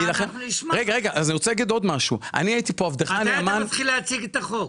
מתי אתה מתחיל להציג את החוק?